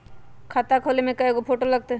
खाता खोले में कइगो फ़ोटो लगतै?